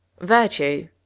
Virtue